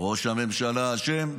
ראש הממשלה אשם.